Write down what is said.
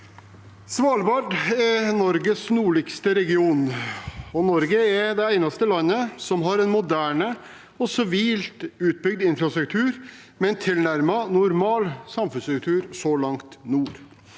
Svalbard er Nor- ges nordligste region, og Norge er det eneste landet som har en moderne og stabilt utbygd infrastruktur med en tilnærmet normal samfunnsstruktur så langt nord.